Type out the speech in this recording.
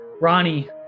Ronnie